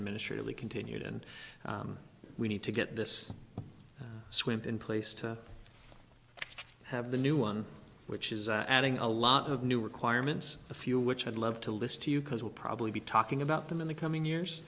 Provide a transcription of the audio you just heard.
administratively continued and we need to get this swim in place to have the new one which is adding a lot of new requirements a few which i'd love to list to you because we'll probably be talking about them in the coming years